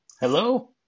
Hello